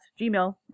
Gmail